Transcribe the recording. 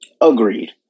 Agreed